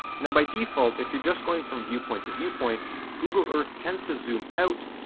now by default if you're just going from viewpoint to viewpoint google earth tends to zoom out,